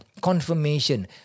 confirmation